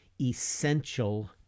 essential